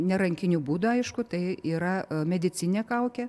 ne rankiniu būdu aišku tai yra medicininė kaukė